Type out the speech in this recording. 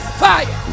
fire